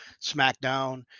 SmackDown